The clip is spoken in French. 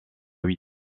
huit